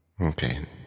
Okay